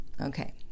Okay